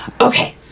Okay